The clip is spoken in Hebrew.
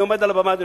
אני עומד על הבמה,